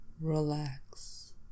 relax